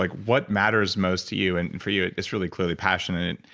like what matters most to you? and and for you, it's really clear, the passion. and and